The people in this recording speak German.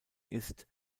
ist